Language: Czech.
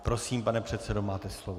Prosím, pane předsedo, máte slovo.